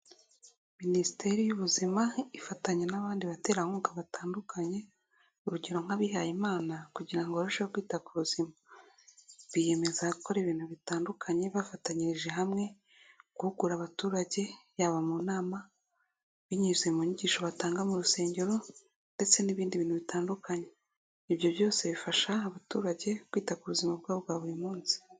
Minisiteri y'ubuzima ifatanya n'abandi baterankunga batandukanye, urugero nk'abihayimana kugira ngo barusheho kwita ku buzima. Biyemeza gukora ibintu bitandukanye bafatanyirije hamwe, guhugura abaturage yaba mu nama, binyuze mu nyigisho batanga mu rusengero ndetse n'ibindi bintu bitandukanye. Ibyo byose bifasha abaturage kwita ku buzima bwabo bwa buri munsi.